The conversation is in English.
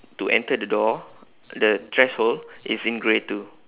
to enter the door the threshold is in grey too